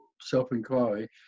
self-inquiry